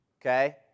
okay